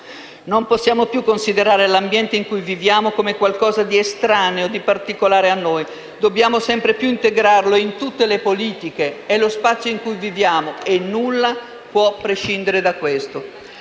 Non possiamo più considerare l'ambiente in cui viviamo come qualcosa di particolare ed estraneo a noi, ma dobbiamo sempre più integrarlo in tutte le politiche: si tratta dello spazio in cui viviamo e nulla può prescindere da questo.